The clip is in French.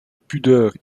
pudeur